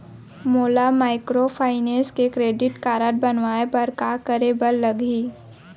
मोला माइक्रोफाइनेंस के credit card बनवाए बर का करे बर लागही?